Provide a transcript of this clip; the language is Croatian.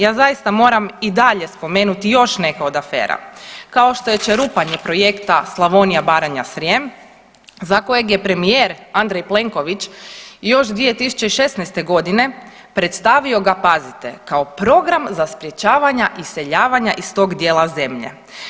Ja zaista moram i dalje spomenuti još neke od afera kao što je čerupanje Projekta Slavonija, Baranja, Srijem za kojeg je premijer Andrej Plenković još 2016.g. predstavio ga, pazite, kao program za sprječavanja iseljavanja iz tog dijela zemlje.